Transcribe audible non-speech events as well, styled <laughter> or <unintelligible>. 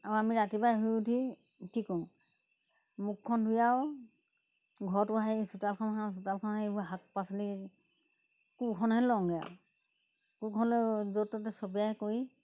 আৰু আমি ৰাতিপুৱাই শুই উঠি কি কৰোঁ মুখখন ধুই আৰু ঘৰতো সাৰি চোতালখন সাৰোঁ চোতালখন সাৰি সেইবোৰ শাক পাচলি কোৰখনেই লওঁগে আৰু কোৰখনলৈ য'ত ত'তে <unintelligible> কৰি